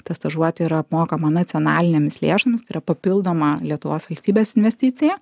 ta stažuotė yra apmokama nacionalinėmis lėšomis tai yra papildoma lietuvos valstybės investicija